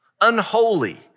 unholy